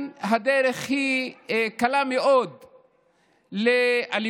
הדרך מכאן קלה מאוד לאלימות,